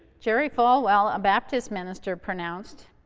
jerry falwell, a baptist minister pronounced